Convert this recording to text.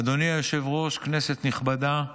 אדוני היושב-ראש, כנסת נכבדה,